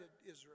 Israel